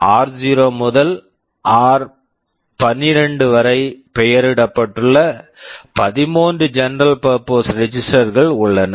ஆர்0 r0 முதல் ஆர்12 r12 வரை பெயரிடப்பட்டுள்ள 13 general purpose registers general purpose registers கள் உள்ளன